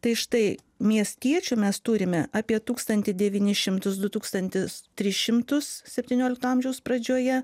tai štai miestiečių mes turime apie tūkstantį devynis šimtus du tūkstantis tris šimtus septyniolikto amžiaus pradžioje